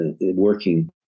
working